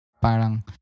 Parang